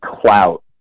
clout